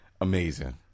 Amazing